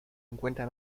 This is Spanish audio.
encuentran